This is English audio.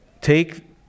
Take